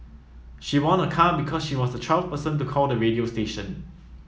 she won a car because she was the twelfth person to call the radio station